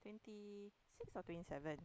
twenty six or twenty seven